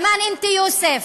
(אומרת בערבית: גם אתה, יוסף?